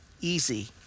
easy